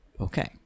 okay